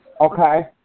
Okay